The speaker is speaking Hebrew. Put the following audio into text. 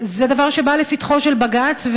זה דבר שבא לפתחו של בג"ץ,